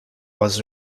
was